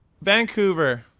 Vancouver